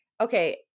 okay